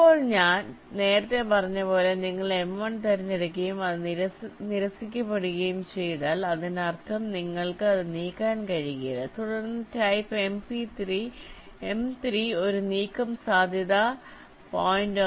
ഇപ്പോൾ ഞാൻ നേരത്തെ പറഞ്ഞതുപോലെ നിങ്ങൾ M1 തിരഞ്ഞെടുക്കുകയും അത് നിരസിക്കപ്പെടുകയും ചെയ്താൽ അതിനർത്ഥം നിങ്ങൾക്ക് അത് നീക്കാൻ കഴിയില്ല തുടർന്ന് ടൈപ്പ് M3 ഒരു നീക്കം സാധ്യതാ 0